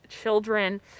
children